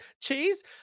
Cheese